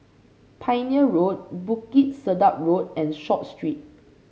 Pioneer Road Bukit Sedap Road and Short Street